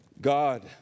God